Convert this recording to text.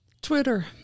Twitter